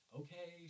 okay